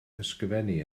ysgrifennu